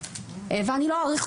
אני לא אאריך,